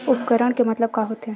उपकरण के मतलब का होथे?